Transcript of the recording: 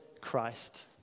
Christ